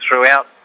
throughout